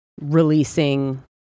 releasing